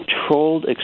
controlled